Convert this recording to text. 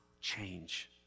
change